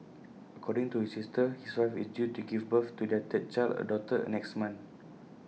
according to his sister his wife is due to give birth to their third child A daughter next month